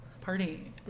Party